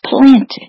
planted